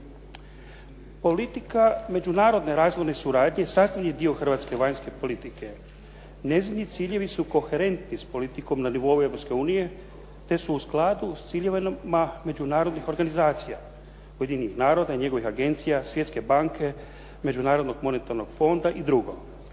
Politika međunarodne razvojne suradnje sastavni je dio hrvatske vanjske politike. Njezini ciljevi su koherentni s politikom na nivou Europske unije te su u skladu s ciljevima međunarodnih organizacija Ujedinjenih naroda i njegovih agencija, Svjetske banke, Međunarodnog monetarnog fonda i drugo.